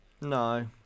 No